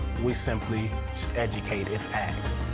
we simply just educate if asked.